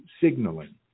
signaling